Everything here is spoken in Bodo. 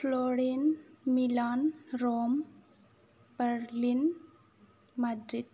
प्लरिन मिलान रम बार्लिन मेड्रिड